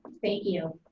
thank you.